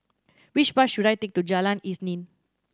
which bus should I take to Jalan Isnin